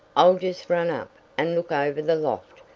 i'll just run up, and look over the loft,